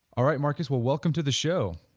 alright marcus well, welcome to the show